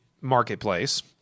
marketplace